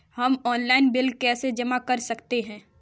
हम online bill कैसे जमा कर सकते हैं?